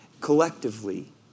Collectively